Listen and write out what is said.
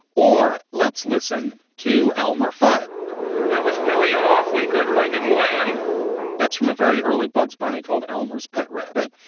or let's listen to elmer fud that was really awfully good. leg of lamb that's from a very early bugs bunny called elmers pet rabbit.